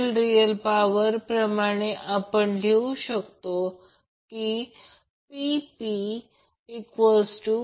तर जर पूर्ण फेजर आकृती काढली तर ही आकृती आहे